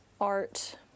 art